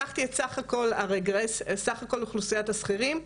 לקחתי את סך כל אוכלוסיית השכירים,